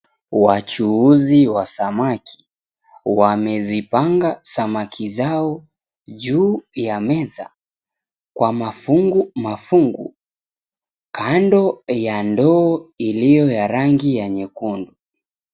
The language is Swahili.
Wachuuzi wa samaki wamezipanga samaki zao juu ya meza kwa mafungu mafungu kando ya ndoo iliyo ya rangi ya nyekundu.